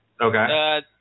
Okay